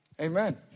Amen